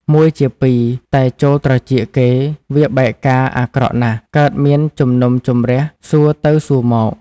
មួយជាពីរ តែចូលត្រចៀកគេវាបែកការណ៍អាក្រក់ណាស់ កើតមានជំនុំជម្រះសួរទៅសួរមក